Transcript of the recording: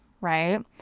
right